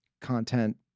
content